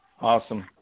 Awesome